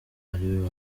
ariwe